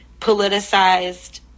politicized